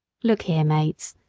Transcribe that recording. look here, mates,